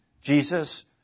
Jesus